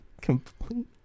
complete